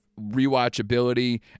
rewatchability